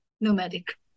nomadic